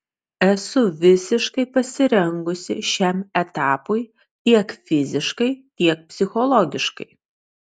esu visiškai pasirengusi šiam etapui tiek fiziškai tiek psichologiškai